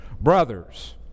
Brothers